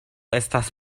estas